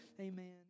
Amen